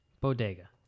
Bodega